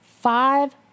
five